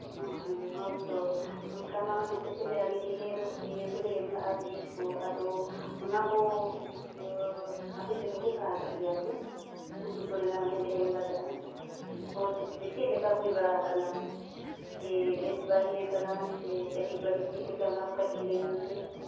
ᱚ ᱦᱚ ᱦᱳᱭᱛᱳ ᱚᱱᱠᱟ ᱢᱟ ᱱᱚᱛᱮ ᱠᱷᱚᱡᱟᱜ ᱟᱹᱰᱤ ᱰᱷᱮᱨ ᱤᱭᱟᱹ ᱠᱚᱞᱮ ᱮᱢ ᱞᱟᱜᱼᱟ ᱵᱤᱡᱽ ᱠᱚ ᱟᱫᱚ ᱚᱱᱟ ᱠᱚ ᱟᱯᱮ ᱯᱮ ᱨᱚᱦᱚᱭ ᱵᱟᱲᱟ ᱟᱠᱟᱫ ᱜᱮᱭᱟ ᱥᱮ ᱩᱛᱩ ᱠᱚᱨᱮᱱᱟᱜ ᱢᱟᱱᱮ ᱞᱮ ᱮᱢ ᱞᱮᱫᱟ ᱦᱳᱭᱛᱳ ᱛᱚᱵᱮ ᱪᱮᱫᱞᱮᱠᱟ ᱦᱩᱭ ᱵᱟᱲᱟ ᱟᱠᱟᱱᱟ ᱪᱮ ᱵᱮᱥ ᱵᱟᱝ ᱦᱩᱭᱟᱠᱟᱱᱟ ᱪᱮ ᱠᱟᱹᱴᱤᱡ ᱵᱟᱹᱲᱤᱡ ᱪᱮᱫᱞᱮᱠᱟ ᱚᱱᱟ ᱠᱚ ᱠᱟᱹᱴᱤᱡ ᱞᱟᱹᱭ ᱧᱚᱜᱽ ᱯᱮ